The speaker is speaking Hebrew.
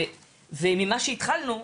וממה שהתחלנו,